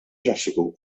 traffiku